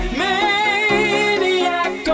maniac